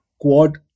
Quad